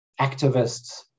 activists